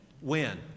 Win